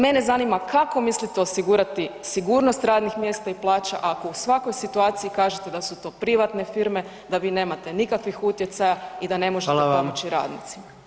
Mene zanima kako mislite osigurati sigurnost radnih mjesta i plaća ako u svakoj situaciji kažete da su to privatne firme, da vi nemate nikakvih utjecaja i da ne možete [[Upadica: Hvala vam]] pomoći radnicima?